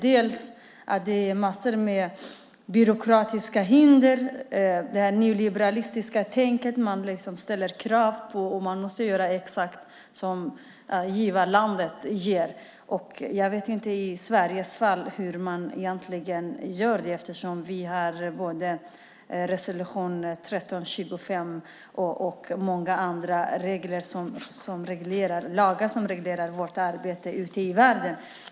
Det är massor med byråkratiska hinder och nyliberalistiskt tänk. Det ställs krav, och man måste göra exakt som givarlandet gör. Jag vet inte hur man egentligen gör i Sveriges fall, eftersom vi har både resolution 1325 och många andra lagar som reglerar vårt arbete ute i världen.